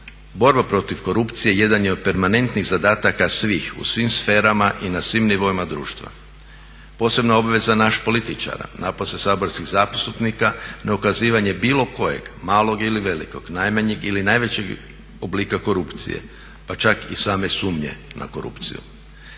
Borba protiv korupcije jedan je od permanentnih zadataka svih u svim sferama i na svim nivoima društva. Posebna obveza naših političara, napose saborskih zastupnika na ukazivanje bilo kojeg malog ili velikog, najmanjeg ili najvećeg oblika korupcije pa čak i same sumnje na korupciju.